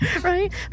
Right